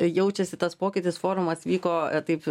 jaučiasi tas pokytis forumas vyko taip